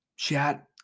chat